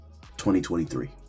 2023